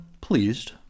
pleased